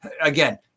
again